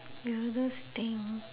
weirdest thing